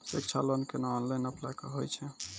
शिक्षा लोन केना online apply होय छै?